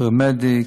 פרמדיק,